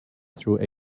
through